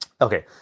Okay